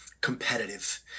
competitive